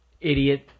idiot